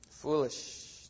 Foolish